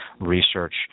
research